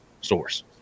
source